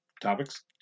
topics